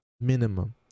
minimum